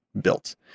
built